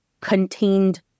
contained